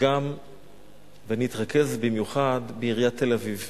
ואני אתרכז במיוחד בעיריית תל-אביב.